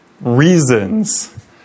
reasons